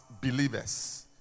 believers